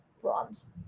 bronze